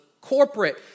corporate